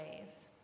ways